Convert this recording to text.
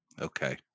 Okay